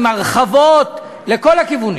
עם הרחבות לכל הכיוונים.